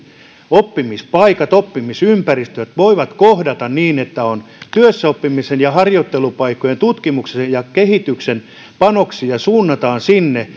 oppimispaikat oppimisympäristöt voivat kohdata niin että työssäoppimisen ja harjoittelupaikkojen tutkimuksen ja kehityksen panoksia suunnataan sinne